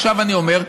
עכשיו אני אומר,